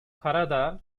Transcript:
karadağ